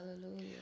hallelujah